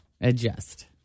Adjust